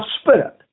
spirit